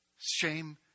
shame